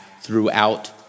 throughout